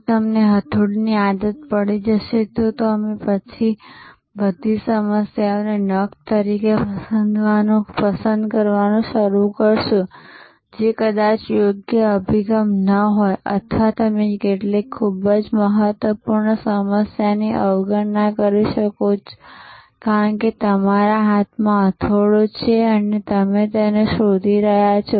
જો તમને હથોડીની આદત પડી જશે તો પછી તમે બધી સમસ્યાઓને નખ તરીકે પસંદ કરવાનું શરૂ કરશો જે કદાચ યોગ્ય અભિગમ ન હોય અથવા તમે કેટલીક અન્ય ખૂબ જ મહત્વપૂર્ણ સમસ્યાઓની અવગણના કરી શકો કારણ કે તમારા હાથમાં હથોડો છે અને તમે તેને શોધી રહ્યાં છો